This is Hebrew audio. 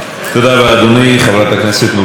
אינה נוכחת,